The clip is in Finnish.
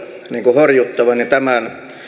horjuttavani tämän